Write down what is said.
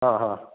ആ ഹാ